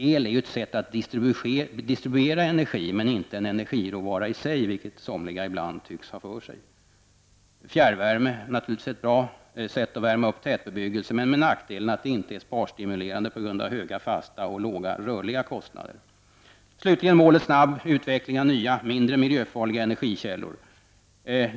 El är ju ett sätt att distribuera energi, inte en energiråvara i sig, vilket somliga ibland tycks ha för sig. Fjärrvärme är naturligtvis ett bra sätt att värma upp tätbebyggelse, dock med den nackdelen att det inte är sparstimulerande, på grund av höga fasta och låga rörliga kostnader. Slutligen målet snabb utveckling av nya, mindre miljöfarliga energikällor.